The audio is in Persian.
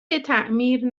تعمیر